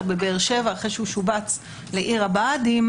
בבאר שבע אחרי שהוא שובץ לעיר הבה"דים,